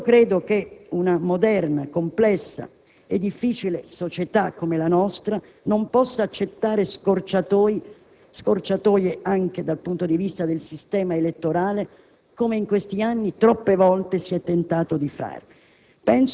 Credo che una moderna, complessa e difficile società come la nostra non possa accettare scorciatoie, anche dal punto di vista del sistema elettorale, come in questi anni troppe volte si è tentato di fare.